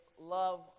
love